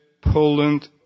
Poland